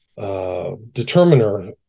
determiner